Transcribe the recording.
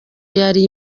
yari